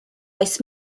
oes